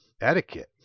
etiquette